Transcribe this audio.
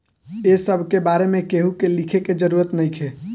ए सब के बारे में केहू के लिखे के जरूरत नइखे